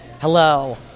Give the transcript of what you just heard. hello